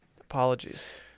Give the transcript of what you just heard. Apologies